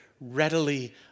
readily